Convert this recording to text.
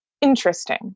interesting